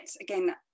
Again